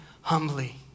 humbly